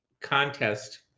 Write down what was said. contest